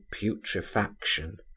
putrefaction